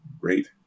great